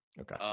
okay